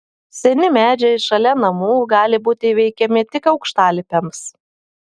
seni medžiai šalia namų gali būti įveikiami tik aukštalipiams